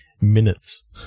minutes